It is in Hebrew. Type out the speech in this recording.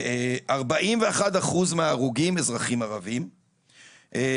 41 אחוז מההרוגים אזרחים ערבים,